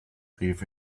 rief